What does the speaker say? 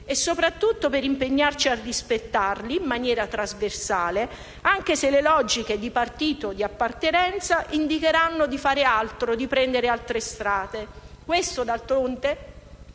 e, soprattutto, per impegnarci a rispettarli in maniera trasversale, anche se le logiche di partito e di appartenenza indicheranno di fare altro e prendere altre strade. Questo, d'altronde,